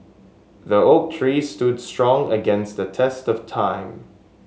the oak tree stood strong against the test of time